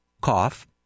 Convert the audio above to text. cough